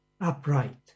upright